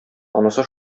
анысы